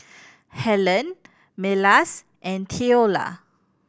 Helene Milas and Theola